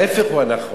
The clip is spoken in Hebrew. ההיפך הוא הנכון.